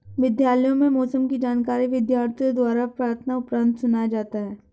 विद्यालयों में मौसम की जानकारी विद्यार्थियों द्वारा प्रार्थना उपरांत सुनाया जाता है